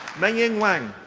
mengying wang.